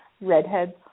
redheads